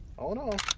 all in all,